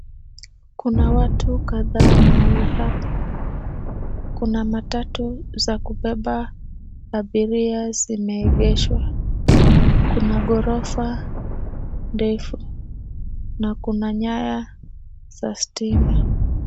Kuna watu kadhaa mahali hapa, kuna matatu za kubeba abiria zimeegeshwa, kuna ghorofa ndefu na kuna nyaya za stima.